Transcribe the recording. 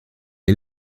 est